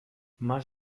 más